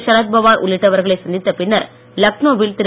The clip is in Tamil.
ஷரத் பவார் உள்ளிட்டவர்களை சந்தித்த பின்னர் லக்னோ வில் திரு